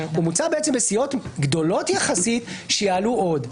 הוא מוצע בסיעות גדולות יחסית שיעלו עוד.